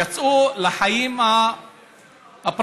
יצאו לחיים הפרטיים,